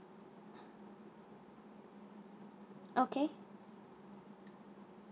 okay